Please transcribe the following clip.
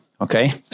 Okay